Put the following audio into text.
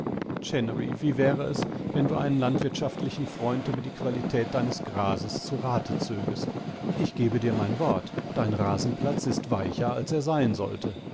wie wäre es wenn du einen landwirtschaftlichen freund über die qualität deines grases zu rate zögst ich gebe dir mein wort dein rasenplatz ist weicher als er sein sollte